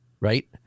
right